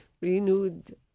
renewed